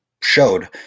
showed